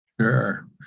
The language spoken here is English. Sure